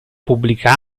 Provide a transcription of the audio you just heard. pubblica